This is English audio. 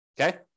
okay